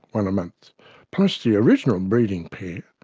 one a month, plus the original and breeding pair.